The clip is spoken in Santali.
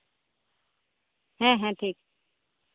ᱦᱮᱸ ᱦᱮᱸ ᱴᱷᱤᱠ